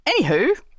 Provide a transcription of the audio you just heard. Anywho